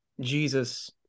jesus